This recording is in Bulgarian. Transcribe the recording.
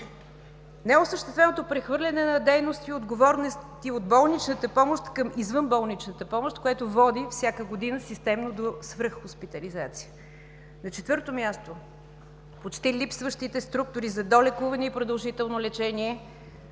неосъщественото прехвърляне на дейности и отговорности от болничната помощ към извънболничната помощ, което води всяка година системно до свръх хоспитализация. На четвърто място, почти липсващите структури за долекуване и продължително лечение,